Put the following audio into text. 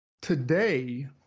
Today